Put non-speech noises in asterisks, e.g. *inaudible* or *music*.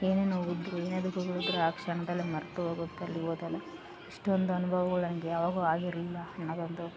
ಏನೇ ನೋವು ಇದ್ರು ಏನೇ ದುಃಖಗಳಿದ್ರು ಆ ಕ್ಷಣದಲ್ಲೇ ಮರ್ತು ಹೋಗುತ್ತೆ ಅಲ್ಲಿ ಹೋದಾಗ ಇಷ್ಟೊಂದು ಅನುಭವಗಳು ನಂಗೆ ಯಾವಾಗು ಆಗಿರಲಿಲ್ಲ *unintelligible* ಒಂದು